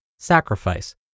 Sacrifice